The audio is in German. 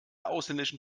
ausländischen